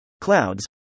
clouds